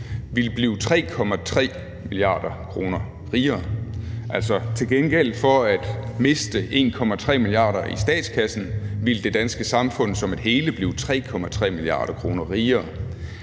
ville blive 3,3 mia. kr. rigere. Altså, til gengæld for at miste 1,3 mia. kr. i statskassen ville det danske samfund som et hele blive 3,3 mia. kr. rigere.